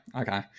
Okay